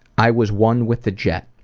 i was one with the jet.